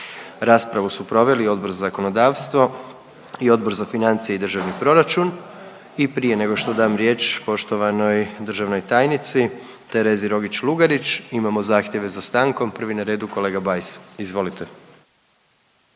Raspravu su proveli Odbor za zakonodavstvo i Odbor za financije i državni proračun i prije nego što dam riječ poštovanoj državnoj tajnici Terezi Rogić Lugarić imamo zahtjeve za stankom, prvi na redu kolega Bajs, izvolite.